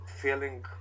feeling